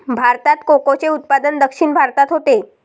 भारतात कोकोचे उत्पादन दक्षिण भारतात होते